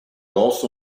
also